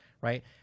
right